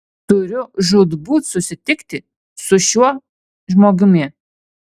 turiu žūtbūt susitikti su šiuo žmogumi